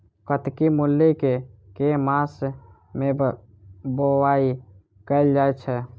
कत्की मूली केँ के मास मे बोवाई कैल जाएँ छैय?